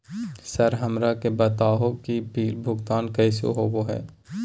Sir हमरा के बता हो कि बिल भुगतान कैसे होबो है?